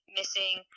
missing